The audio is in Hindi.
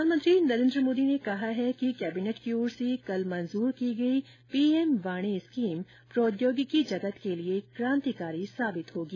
प्रधानमंत्री नरेन्द्र मोदी ने कहा है कि कैबिनेट द्वारा कल मंजूर की गई पीएम वाणी स्कीम प्रौद्योगिकी जगत के लिए कांतिकारी साबित होगी